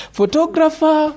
Photographer